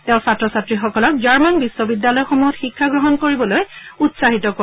তেওঁ ছাত্ৰ ছাত্ৰীসকলক জাৰ্মান বিখ্ববিদ্যালয়সমূহত শিক্ষাগ্ৰহণ কৰিবলৈ উৎসাহিত কৰে